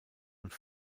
und